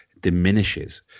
diminishes